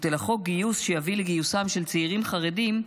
אלא חוק גיוס שיביא לגיוסם של צעירים חרדים,